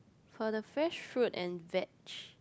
for the fresh fruit and veg